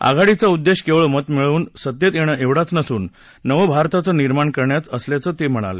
आघाडीचा उद्देश केवळ मतं मिळवून सत्तेत येणं एवढाच नसून नवभारताचं निर्माण करण्याचा असल्याचं ते म्हणाले